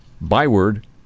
byword